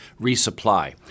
resupply